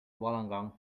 wollongong